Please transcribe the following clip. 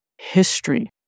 history